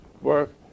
work